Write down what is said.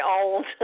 old